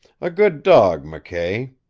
a good dog, mckay.